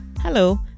Hello